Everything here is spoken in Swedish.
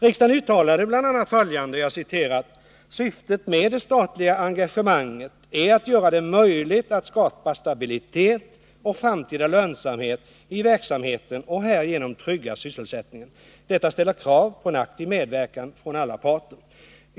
Riksdagen uttalade bl.a. följande: ”Syftet med det statliga engagemanget är att göra det möjligt att skapa stabilitet och framtida lönsamhet i verksamheten och härigenom trygga sysselsättningen. Detta ställer krav på en aktiv medverkan från alla parter.